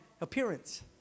appearance